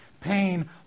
Pain